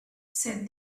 said